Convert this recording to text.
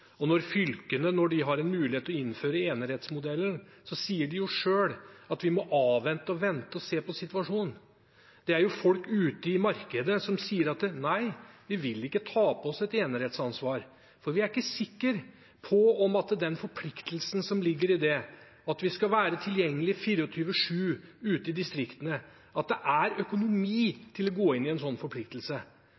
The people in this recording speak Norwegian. og det er det som kommer til å skje etter 1. november. Det forverrer situasjonen. Når fylkene har en mulighet til å innføre enerettsmodellen, sier de jo selv at de må avvente og vente og se på situasjonen. Det er folk ute i markedet som sier at nei, de vil ikke ta på seg et enerettsansvar, for de er ikke sikre på at det er økonomi til å gå inn i den forpliktelsen som ligger i at de skal være tilgjengelig 24/7 ute